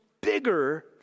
bigger